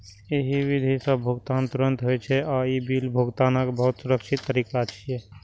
एहि विधि सं भुगतान तुरंत होइ छै आ ई बिल भुगतानक बहुत सुरक्षित तरीका छियै